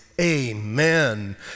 amen